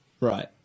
Right